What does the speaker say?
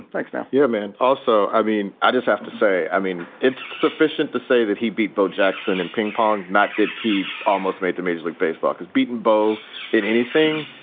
thanks, man. yeah, man. also, i mean, i just have to say, i mean, it's sufficient to say that he beat bo jackson in ping pong. matt did. he almost made the major league baseball has beaten bo in anything.